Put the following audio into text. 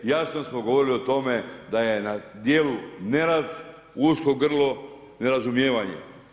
Jasno smo govorili o tome da je na djelu nerad, usko grlo, nerazumijevanje.